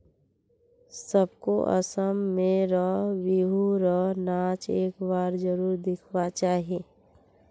सबको असम में र बिहु र नाच एक बार जरुर दिखवा चाहि